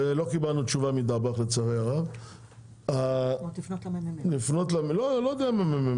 ולא קיבלנו תשובה מדבאח לצערי הרב לא יודע אם מ.מ.מ.